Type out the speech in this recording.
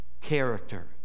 character